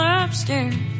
upstairs